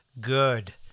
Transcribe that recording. Good